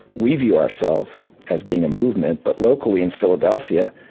we view ourselves as being a movement. but locally, in philadelphia,